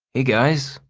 hey, guys,